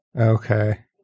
Okay